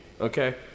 Okay